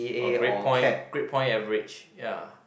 or grade point grade point average ya